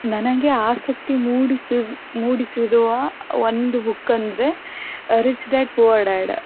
ನನಗೆ ಆಸಕ್ತಿ ಮೂಡಿಸಿದ ಮೂಡಿಸಿರುವ ಒಂದು ಬುಕ್ಕಂದ್ರೆ ರಿಚ್ ಡ್ಯಾಡ್ ಪೂವರ್ ಡ್ಯಾಡ್